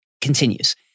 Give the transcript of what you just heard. continues